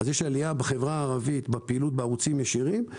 יש בחברה הערבית עלייה בפעילות בערוצים ישירים.